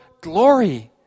glory